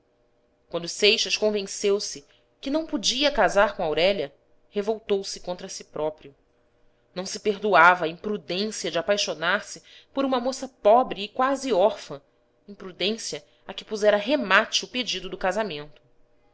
quando seixas convenceu-se que não podia casar com aurélia revoltou-se contra si próprio não se perdoava a imprudência de apaixonar-se por uma moça pobre e quase órfã imprudência a que pusera remate o pedido do casamento